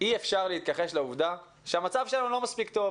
אי אפשר להתכחש לעובדה שהמצב שלנו לא מספיק טוב,